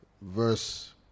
verse